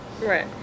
right